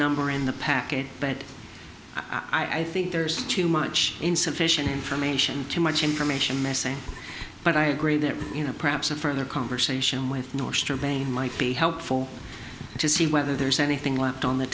number in the package but i think there's too much insufficient information too much information missing but i agree that you know perhaps a further conversation with northeaster bain might be helpful to see whether there's anything left on the